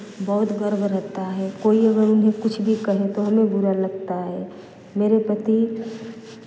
बहुत गर्व रहता है कोई अगर उन्हें कुछ भी कहे तो हमें बुरा लगता है मेरे पति